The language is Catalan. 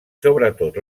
sobretot